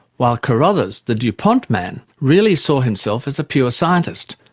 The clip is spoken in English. while carothers, the dupont man, really saw himself as a pure scientist,